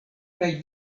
kaj